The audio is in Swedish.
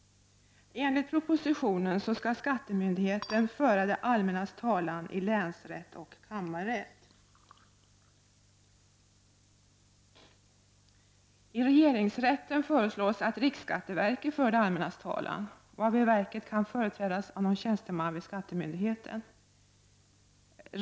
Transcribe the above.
Enligt propositionen skall skattemyndigheten föra det allmännas talan i länsrätt och kammarrätt. I regeringsrätten föreslås att riksskatteverket för det allmännas talan, varvid verket kan företrädas av någon tjänsteman vid skattemyndigheten.